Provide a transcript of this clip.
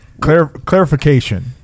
Clarification